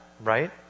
right